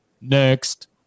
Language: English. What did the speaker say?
Next